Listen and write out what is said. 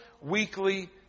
weekly